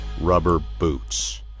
#RubberBoots